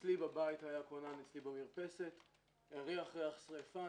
אצלי במרפסת היה כונן, הריח ריח שריפה.